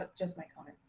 like just my comment.